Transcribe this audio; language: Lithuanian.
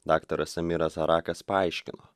daktaras amiras arakas paaiškino